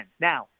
Now